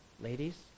ladies